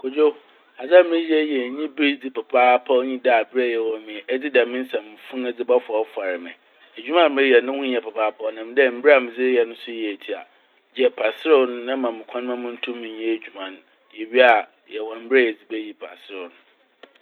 Kodwo! Adze a mereyɛ yi yɛ enyiberdze papaapa a onnyi dɛ aber a yɛwɔ mu yi edze dɛm nsɛmfo no dze bɔfɔrfɔr me. Edwuma a mereyɛ no no ho hia papaapa ɔnam dɛ mber a medze reyɛ no so yɛ tsia. Gyae paserew no na ma me kwan na muntum nyɛ edwuma no.Yewia a yɛwɔ mber a yɛdze beyi paserew no.